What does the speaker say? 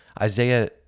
Isaiah